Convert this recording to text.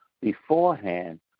beforehand